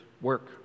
work